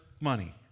money